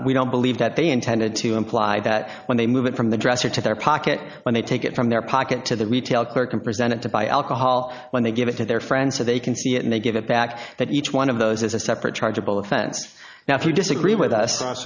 id we don't believe that they intended to imply that when they move it from the dresser to their pocket when they take it from their pocket to the retail clerk and present it to buy alcohol when they give it to their friend so they can see it and they give it back that each one of those is a separate chargeable offense now if you disagree with us